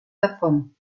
davon